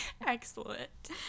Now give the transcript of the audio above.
Excellent